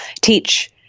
teach